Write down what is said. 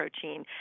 protein